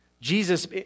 Jesus